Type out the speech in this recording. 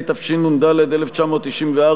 התשנ"ד 1994,